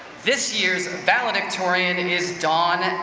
this year's and valedictorian and is dawn and